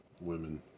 Women